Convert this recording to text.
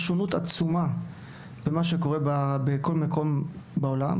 יש שונות עצומה בין מה שקורה בכל מקום בעולם,